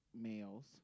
males